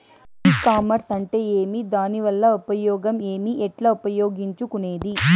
E commerce అంటే ఏమి దానివల్ల ఉపయోగం ఏమి, ఎట్లా ఉపయోగించుకునేది?